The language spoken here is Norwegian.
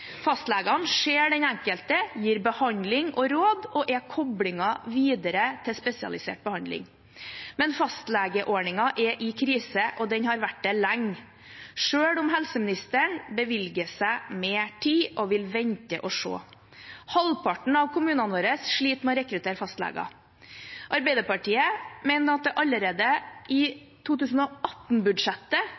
Fastlegene ser den enkelte, gir behandling og råd og er koblingen videre til spesialisert behandling. Men fastlegeordningen er i krise, og den har vært det lenge – selv om helseministeren bevilger seg mer tid og vil vente og se. Halvparten av kommunene våre sliter med å rekruttere fastleger. Arbeiderpartiet mener at det allerede i